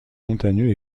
montagneux